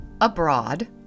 abroad